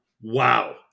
Wow